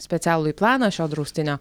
specialųjį planą šio draustinio